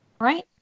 Right